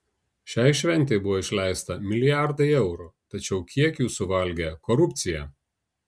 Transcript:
šiai šventei buvo išleista milijardai eurų tačiau kiek jų suvalgė korupcija